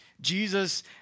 Jesus